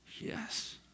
yes